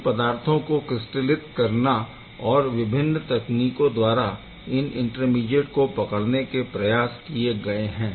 इन पद्धथों को क्रिस्टलित करना और विभिन्न तकनीकों द्वारा इन इंटरमीडिएट को पकड़ने के प्रयास किए गए है